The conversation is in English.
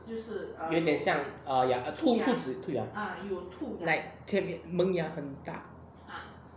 有点像 err 兔裤子兔牙 like 前门牙很大